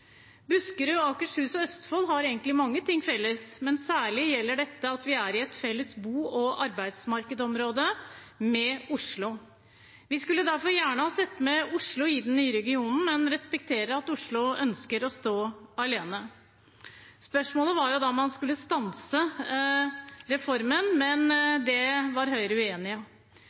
Buskerud, Akershus og Østfold har egentlig mange ting felles, men særlig gjelder dette at vi er i et felles bo- og arbeidsmarkedsområde med Oslo. Vi skulle gjerne hatt med Oslo i den nye regionen, men vi respekterer at Oslo ønsker å stå alene. Spørsmålet var jo om man skulle stanse reformen, men det var Høyre uenig